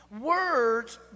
words